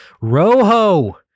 rojo